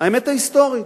לאמת ההיסטורית.